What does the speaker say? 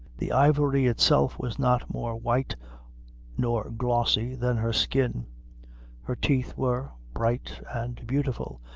the ivory itself was not more white nor glossy than her skin her teeth were bright and beautiful,